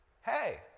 Hey